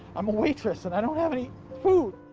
i'm a waitress and i don't have any food!